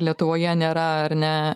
lietuvoje nėra ar ne